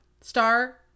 star